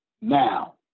Now